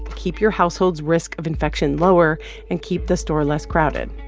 keep your household's risk of infection lower and keep the store less crowded.